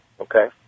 Okay